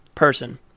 person